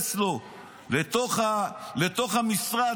פורץ לו לתוך המשרד,